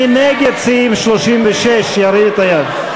מי נגד סעיף 36, ירים את היד.